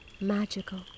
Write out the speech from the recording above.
magical